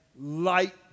light